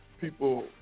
people